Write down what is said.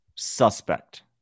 suspect